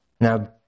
Now